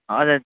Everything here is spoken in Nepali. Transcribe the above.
हजुर